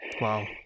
Wow